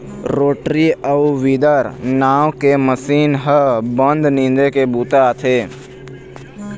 rotary अउ weeder नांव के मसीन ह बन निंदे के बूता आथे